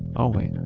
i'll wait,